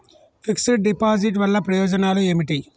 Fix డ్ deposit వల్ల ప్రయోజనాలు ఏమిటి?